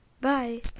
Bye